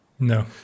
No